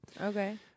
Okay